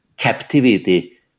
captivity